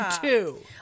two